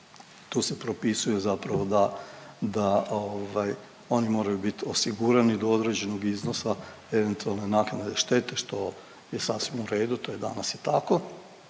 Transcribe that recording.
tu se propisuje da oni moraju bit osigurani do određenog iznosa eventualne naknade štete što je sasvim u redu, to je danas i tako